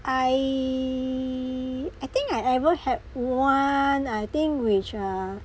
I I think I ever had one I think which uh